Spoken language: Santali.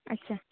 ᱟᱪᱪᱷᱟ